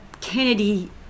Kennedy